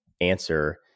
answer